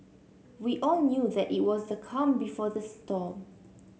we all knew that it was the calm before the storm